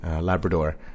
Labrador